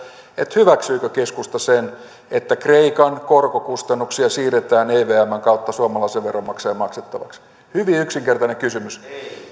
hyväksyykö keskusta sen että kreikan korkokustannuksia siirretään evmn kautta suomalaisen veronmaksajan maksettavaksi hyvin yksinkertainen kysymys